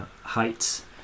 heights